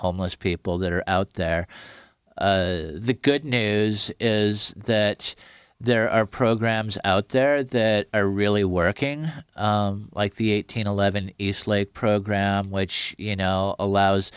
homeless people that are out there the good news is that there are programs out there that are really working like the eighteen eleven eastlake program which you know allows